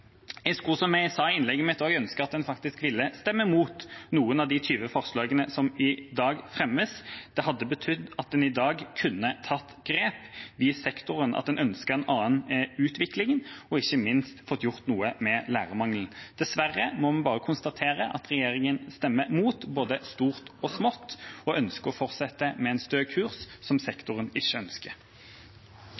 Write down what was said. Jeg skulle, som jeg sa i hovedinnlegget mitt også, ønske at en faktisk ville stemme for noen av de 20 forslagene som i dag fremmes. Det hadde betydd at en i dag kunne tatt grep i sektoren, at en ønsket en annen utvikling og ikke minst hadde fått gjort noe med lærermangelen. Dessverre må vi bare konstatere at regjeringspartiene stemmer mot både stort og smått og ønsker å fortsette med en stø kurs som